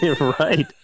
Right